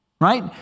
right